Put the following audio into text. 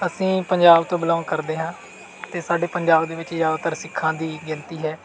ਅਸੀਂ ਪੰਜਾਬ ਤੋਂ ਬਲੋਂਗ ਕਰਦੇ ਹਾਂ ਅਤੇ ਸਾਡੇ ਪੰਜਾਬ ਦੇ ਵਿੱਚ ਜ਼ਿਆਦਾਤਰ ਸਿੱਖਾਂ ਦੀ ਗਿਣਤੀ ਹੈ